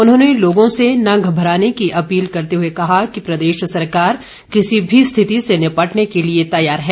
उन्होंने लोगों से न घबराने की अपील करते हुए कहा कि प्रदेश सरकार किसी भी स्थिति से निपटने के लिए तैयार है